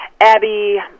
Abby